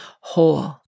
whole